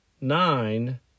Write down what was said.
nine